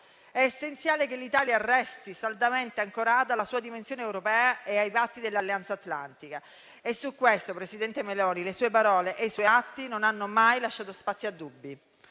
è essenziale che l'Italia resti saldamente ancorata alla sua dimensione europea e ai patti dell'Alleanza atlantica. Su questo, signora presidente del Consiglio Meloni, le sue parole e i suoi atti non hanno mai lasciato spazio a dubbi.